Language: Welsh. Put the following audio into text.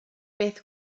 beth